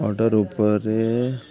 order ଉପରେ